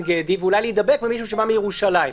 גדי ואולי להידבק ממישהו שבא מירושלים.